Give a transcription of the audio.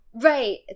Right